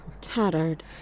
Tattered